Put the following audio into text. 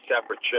separate